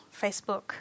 Facebook